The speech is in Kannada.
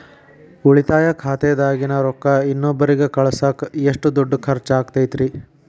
ಉಳಿತಾಯ ಖಾತೆದಾಗಿನ ರೊಕ್ಕ ಇನ್ನೊಬ್ಬರಿಗ ಕಳಸಾಕ್ ಎಷ್ಟ ದುಡ್ಡು ಖರ್ಚ ಆಗ್ತೈತ್ರಿ?